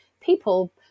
people